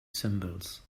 symbols